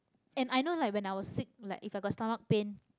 and i know like when i was sick like if i got stomach pain